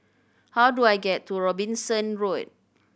how do I get to Robinson Road